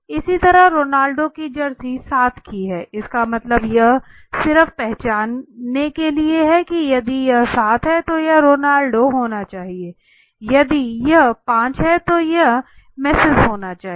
इसी तरह रोनाल्डो की जर्सी 7 की है इसका मतलब यह सिर्फ पहचानने के लिए है कि यदि यह 7 है तो यह रोनाल्डो होना चाहिए यदि यह 5 है तो यह मेस्सी होना चाहिए